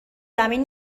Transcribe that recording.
زمین